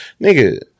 nigga